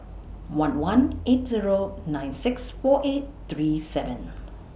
one one eight Zero nine six four eight three seven